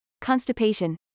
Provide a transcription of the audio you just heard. constipation